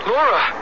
Laura